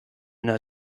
not